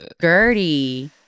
Gertie